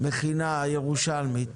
מן המכינה הירושלמית